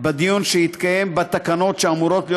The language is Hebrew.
בדיון שיתקיים בתקנות שאמורות להיות